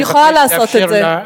אני יכולה לעשות את זה.